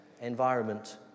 environment